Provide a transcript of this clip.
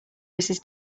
mrs